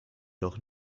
doch